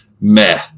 meh